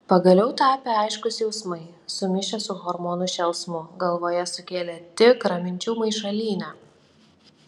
pagaliau tapę aiškūs jausmai sumišę su hormonų šėlsmu galvoje sukėlė tikrą minčių maišalynę